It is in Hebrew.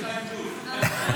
22 פלוס.